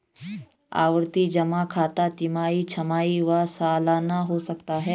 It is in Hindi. आवर्ती जमा खाता तिमाही, छमाही व सलाना हो सकता है